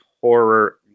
horror